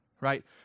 right